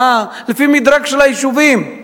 על-פי מדרג היישובים.